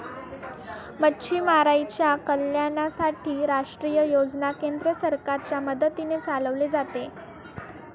मच्छीमारांच्या कल्याणासाठी राष्ट्रीय योजना केंद्र सरकारच्या मदतीने चालवले जाते